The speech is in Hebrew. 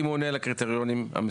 אם הוא עונה על הקריטריונים המסוימים.